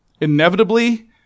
Inevitably